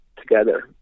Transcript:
together